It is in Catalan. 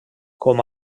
com